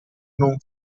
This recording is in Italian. non